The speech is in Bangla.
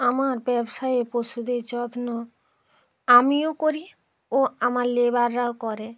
আমার ব্যবসায়ে পশুদের যত্ন আমিও করি ও আমার লেবাররাও করে